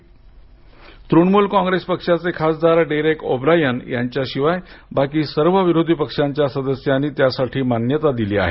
पश्चिम बंगालमधील तृणमूल कॉंग्रेस पक्षाचे खासदार डेरेक ओब्रायन यांच्याशिवाय बाकी सर्व विरोधी पक्षांच्या सदस्यांनी त्यासाठी मान्यता दिली आहे